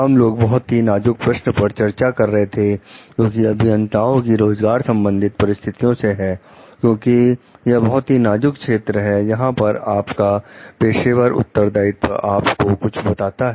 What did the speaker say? हम लोग बहुत ही नाजुक प्रश्न पर चर्चा कर रहे थे जो कि अभियंताओं की रोजगार संबंधित परिस्थितियों से है क्योंकि यह बहुत ही नाजुक क्षेत्र है जहां पर आपका पेशेवर उत्तरदायित्व आपको कुछ बताता है